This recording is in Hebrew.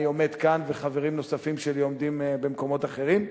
אני עומד כאן וחברים נוספים שלי עומדים במקומות אחרים.